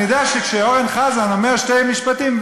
אני יודע שכשאורן חזן אומר שני משפטים,